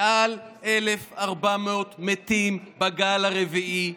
מעל 1,400 מתים בגל הרביעי,